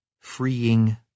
freeing